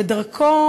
ודרכו